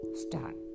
start